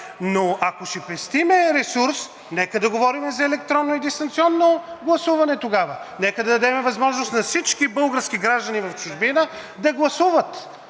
Но ако ще пестим ресурс, нека да говорим за електронно и дистанционно гласуване тогава, нека да дадем възможност на всички български граждани в чужбина да гласуват.